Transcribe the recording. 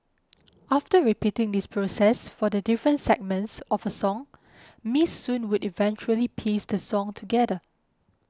after repeating this process for the different segments of a song Miss Soon would eventually piece the song together